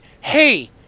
hey